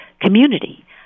community